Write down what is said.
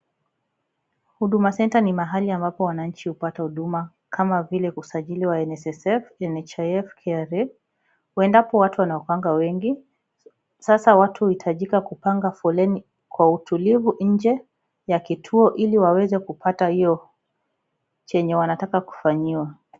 Huduma centre[cs[ ni mahali ambapo wananchi hupata huduma kama vile usajili wa nssf, nhif, kra . Huendapo watu wanakuanga wengi. Sasa watu huhutajika kupanga foleni kwa utulivu nje ya kituo ili waweze kupata hio chenye wanataka kufanyiwa.